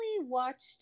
watched